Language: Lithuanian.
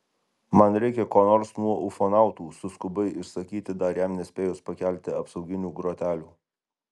man reikia ko nors nuo ufonautų suskubai išsakyti dar jam nespėjus pakelti apsauginių grotelių